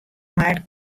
mar